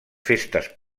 festes